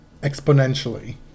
exponentially